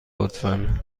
لطفا